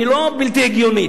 אני לא בלתי הגיוני.